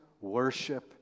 worship